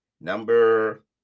number